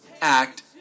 act